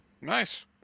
Nice